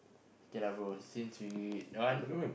okay lah bro since we that one